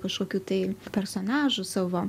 kažkokiu tai personažu savo